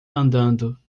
andando